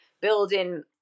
building